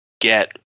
get